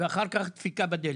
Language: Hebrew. ואחר כך דפיקה בדלת.